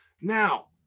Now